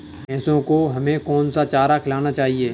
भैंसों को हमें कौन सा चारा खिलाना चाहिए?